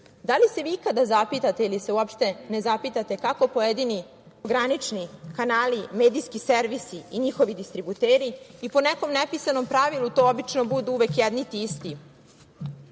da li se vi ikada zapitate ili se uopšte ne zapitatekako pojedini prekogranični kanali, medijski servisi i njihovi distributeri, i po nekom nepisanom pravilu to obično budu uvek jedni te isti